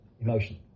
Emotion